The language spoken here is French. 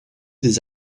des